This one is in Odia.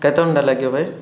କେତେ ଘଣ୍ଟା ଲାଗିବ ଭାଇ